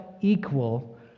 equal